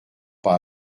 pas